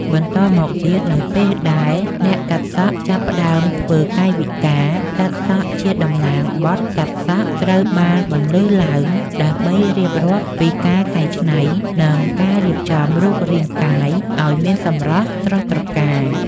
បន្តមកទៀត នៅពេលដែលអ្នកកាត់សក់ចាប់ផ្តើមធ្វើកាយវិការកាត់សក់ជាតំណាង បទ កាត់សក់ ត្រូវបានបន្លឺឡើងដើម្បីរៀបរាប់ពីការកែច្នៃ និងការរៀបចំរូបរាងកាយឱ្យមានសម្រស់ស្រស់ត្រកាល។